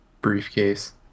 briefcase